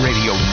Radio